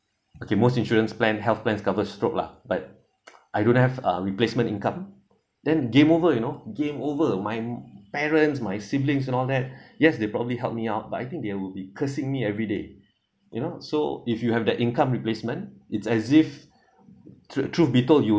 okay most insurance plan health plans cover stroke lah but I don't have a replacement income then game over you know game over my parents my siblings and all that yes they probably help me out but I think they will be cursing me every day you know so if you have the income replacement it's as if tru~ truth be told you